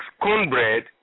cornbread